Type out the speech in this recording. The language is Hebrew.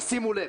תשימו לב,